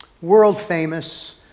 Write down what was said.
world-famous